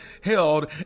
held